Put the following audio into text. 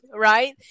right